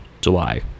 july